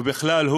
ובכלל,